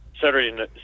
saturday